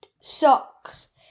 socks